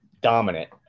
dominant